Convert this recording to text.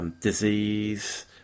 disease